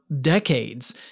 decades